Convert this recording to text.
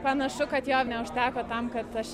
panašu kad jo neužteko tam kad aš